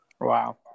Wow